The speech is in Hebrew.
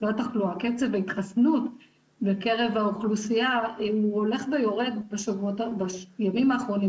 שקצב ההתחסנות בקרב האוכלוסייה הוא הולך ויורד בימים האחרונים,